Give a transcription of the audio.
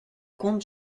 comte